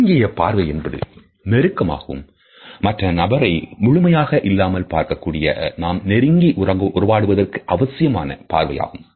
நெருங்கிய பார்வை என்பது நெருக்கமாகவும் மற்ற நபரை முழுமை இல்லாமல் பார்க்கக்கூடிய நாம் நெருங்கி உறவாடுவதற்கு அவசியமான பார்வையாகும்